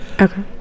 Okay